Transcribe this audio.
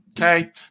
Okay